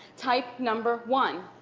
type number one.